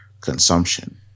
consumption